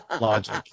logic